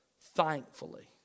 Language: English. thankfully